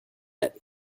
that